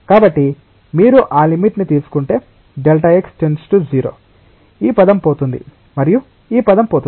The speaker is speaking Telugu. కాబట్టి మీరు ఆ లిమిట్ ని తీసుకుంటే Δx → 0 ఈ పదం పోతుంది మరియు ఈ పదం పోతుంది